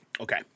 Okay